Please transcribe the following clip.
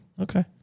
Okay